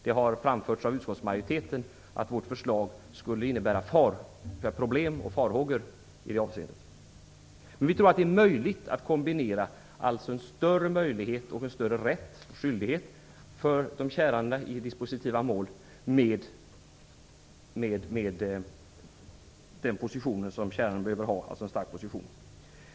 Det har framförts av utskottsmajoriteten att vårt förslag skulle innebära problem och farhågor i det avseendet. Men vi tror att det är möjligt att kombinera en större rätt och skyldighet för de kärande i dispositiva mål med den positionen som kärande behöver ha, dvs. en stark position.